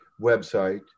website